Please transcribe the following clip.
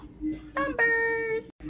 numbers